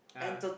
ah